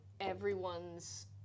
everyone's